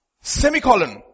Semi-colon